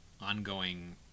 ongoing